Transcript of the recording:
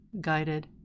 guided